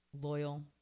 loyal